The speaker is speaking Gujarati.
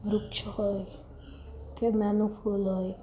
વૃક્ષ હોય કે નાનું ફૂલ હોય